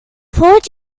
forward